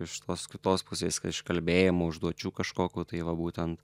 iš tos kitos pusės kai iš kalbėjimo užduočių kažkokio tai va būtent